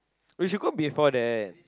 we should go before that